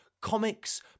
Comics